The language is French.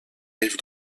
rive